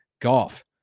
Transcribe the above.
golf